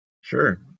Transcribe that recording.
Sure